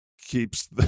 keeps